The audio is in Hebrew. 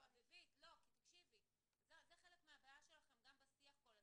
זה חלק מהבעיה שלכם גם בשיח כל הזמן.